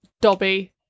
Dobby